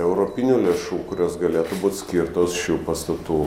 europinių lėšų kurios galėtų būt skirtos šių pastatų